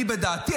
אני בדעתי,